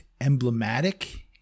emblematic